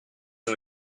ont